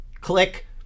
click